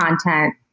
content